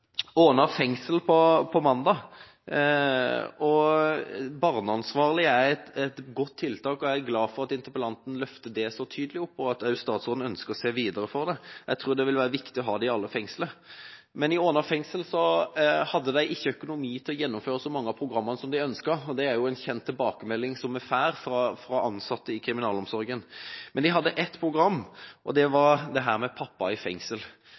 Åna fengsel på mandag. Barneansvarlige er et godt tiltak, og jeg er glad for at interpellanten løfter det så tydelig fram, og at statsråden ønsker å se videre på dette. Jeg tror det vil være viktig å ha dette i alle fengsler. I Åna fengsel hadde de ikke økonomi til å gjennomføre så mange av programmene som de ønsket, og det er en kjent tilbakemelding vi får fra ansatte i kriminalomsorgen. Men de hadde ett program, og det var Pappa i fengsel. Jeg er glad for at det